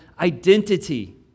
identity